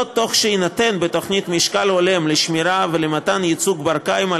תוך מתן משקל הולם בתוכנית לשמירה ולמתן ייצוג בר-קיימא